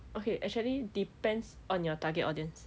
okay actually depends on your target audience